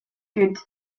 good